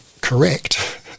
correct